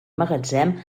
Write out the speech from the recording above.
magatzem